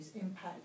impact